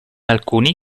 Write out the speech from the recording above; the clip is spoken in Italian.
alcuni